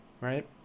Right